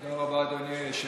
תודה רבה, אדוני היושב-ראש.